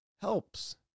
helps